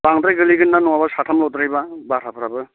बांद्राय गोलैगोनना नङाबा साथामल'द्रायबा भाराफ्राबो